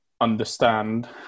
understand